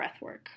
breathwork